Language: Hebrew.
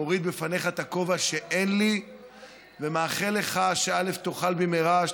מוריד לפניך את הכובע שאין לי ומאחל לך שתאכל במהרה,